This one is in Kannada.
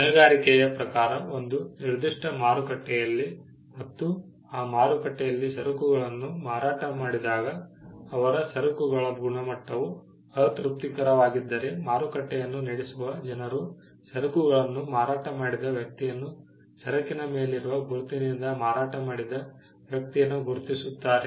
ಹೊಣೆಗಾರಿಕೆಯ ಪ್ರಕಾರ ಒಂದು ನಿರ್ದಿಷ್ಟ ಮಾರುಕಟ್ಟೆಯಲ್ಲಿ ಮತ್ತು ಆ ಮಾರುಕಟ್ಟೆಯಲ್ಲಿ ಸರಕುಗಳನ್ನು ಮಾರಾಟ ಮಾಡಿದಾಗ ಅವರ ಸರಕುಗಳ ಗುಣಮಟ್ಟವು ಅತೃಪ್ತಿಕರವಾಗಿದ್ದರೆ ಮಾರುಕಟ್ಟೆಯನ್ನು ನಡೆಸುವ ಜನರು ಸರಕುಗಳನ್ನು ಮಾರಾಟ ಮಾಡಿದ ವ್ಯಕ್ತಿಯನ್ನು ಸರಕಿನ ಮೇಲಿರುವ ಗುರುತಿನಿಂದ ಮಾರಾಟ ಮಾಡಿದ ವ್ಯಕ್ತಿಯನ್ನು ಗುರುತಿಸುತ್ತಾರೆ